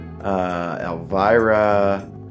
Elvira